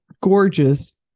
gorgeous